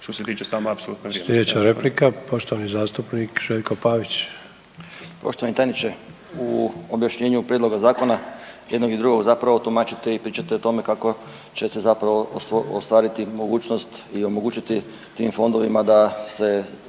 što se tiče same apsolutne